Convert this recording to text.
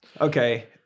Okay